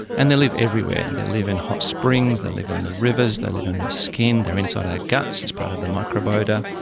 and they live everywhere, and they live in hot springs, they live in the rivers, they live on your skin, they are inside your guts as part of the microbiota,